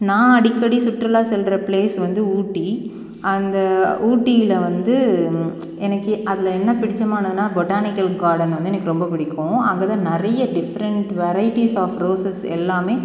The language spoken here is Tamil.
நான் அடிக்கடி சுற்றுலா செல்லுற ப்ளேஸ் வந்து ஊட்டி அந்த ஊட்டியில் வந்து எனக்கு அதில் என்ன பிடிச்சமானதுனா பொட்டானிக்கல் கார்டன் வந்து எனக்கு ரொம்ப பிடிக்கும் அங்கே தான் நிறைய டிஃப்ரெண்ட் வெரைட்டிஸ் ஆஃப் ரோஸஸ் எல்லாமே